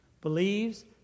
believes